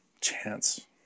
chance